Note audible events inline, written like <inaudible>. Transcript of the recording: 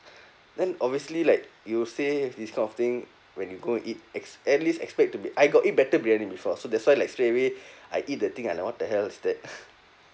then obviously like you say this kind of thing when you go eat ex~ at least expect to be I got eat better biryani before so that's why like straight away <breath> I eat the thing I like what the hell is that <laughs>